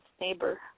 neighbor